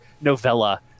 novella